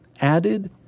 added